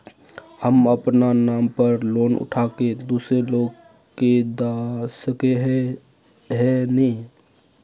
हम अपना नाम पर लोन उठा के दूसरा लोग के दा सके है ने